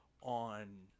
on